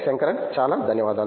శంకరన్ చాలా ధన్యవాదాలు